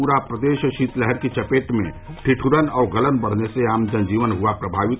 पूरा प्रदेश शीतलहर की चपेट में ठिदुरन और गलन बढ़ने से आम जन जीवन हुआ प्रमावित